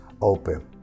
open